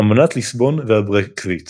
אמנת ליסבון והברקזיט